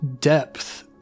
depth